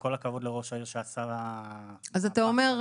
וכל הכבוד לראש העיר שעשה --- אתה אומר: